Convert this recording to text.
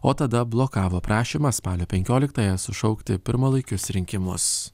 o tada blokavo prašymą spalio penkioliktąją sušaukti pirmalaikius rinkimus